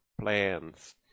plans